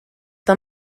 the